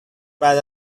بعد